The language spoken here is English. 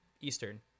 Eastern